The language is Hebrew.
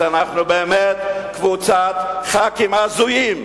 אז אנחנו באמת קבוצת חברי כנסת הזויים,